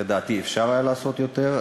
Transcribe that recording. לדעתי אפשר היה לעשות יותר,